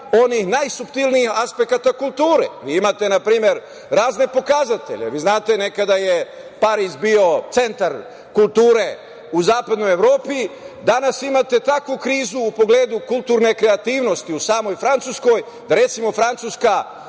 onih najsuptilnijih aspekata kulture. Vi imate na primer razne pokazatelje. Vi znate, nekada je Pariz bio centar kulture u zapadnoj Evropi, a danas imate takvu krizu u pogledu kulturne kreativnosti u samoj Francuskoj, da recimo Francuska